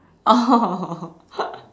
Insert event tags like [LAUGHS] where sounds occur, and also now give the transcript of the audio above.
oh [LAUGHS]